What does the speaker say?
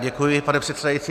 Děkuji, pane předsedající.